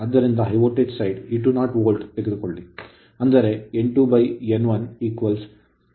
ಆದ್ದರಿಂದ high voltage side E20 volt ತೆಗೆದುಕೊಳ್ಳಿ ಅಂದರೆ N2N110 ಆಗಿರುತ್ತದೆ